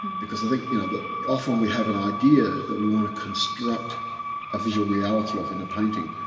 because i think you know that often we have an idea that we want to construct a visual reality of in a painting.